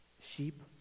Sheep